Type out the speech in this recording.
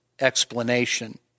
explanation